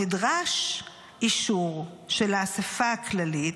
נדרש אישור של האספה הכללית,